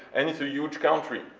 and it's a huge country,